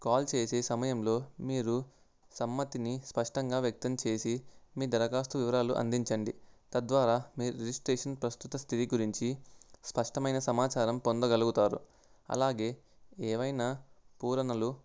call చేసే సమయంలో మీరు సమ్మతిని స్పష్టంగా వ్యక్తం చేసి మీ దరఖాస్తు వివరాలు అందించండి తద్వారా మీరు రిజిస్ట్రేషన్ ప్రస్తుత స్థితి గురించి స్పష్టమైన సమాచారం పొందగలుగుతారు అలాగే ఏవైనా పూరణలు